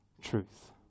truth